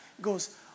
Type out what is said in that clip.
goes